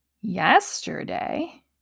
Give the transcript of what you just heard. yesterday